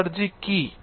exergy কি